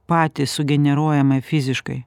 patys sugeneruojame fiziškai